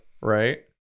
right